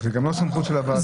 זו גם לא סמכות של הוועדה.